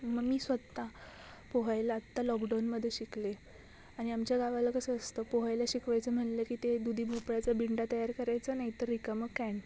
मग मी स्वतः पोहायला आत्ता लॉकडाऊनमध्ये शिकले आणि आमच्या गावाला कसं असतं पोहायला शिकवायचं म्हणलं की ते दुधी भोपळ्याचा बिंडा तयार करायचा नाहीतर रिकामं कॅन